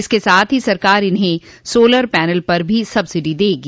इसके साथ ही सरकार इन्हें सोलर पैनल पर भी सब्सिडी देगी